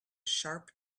sharp